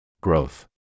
Growth